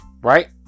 Right